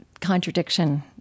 contradiction